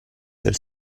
del